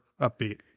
upbeat